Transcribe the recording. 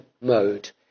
mode